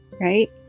right